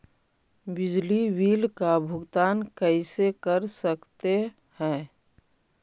बिजली बिल का भुगतान कैसे कर सकते है?